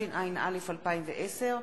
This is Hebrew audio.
התשע"א 2010,